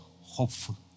hopeful